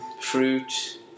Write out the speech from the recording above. fruit